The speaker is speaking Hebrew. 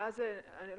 לא